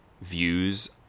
views